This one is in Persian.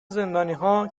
زندانیها